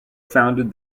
founded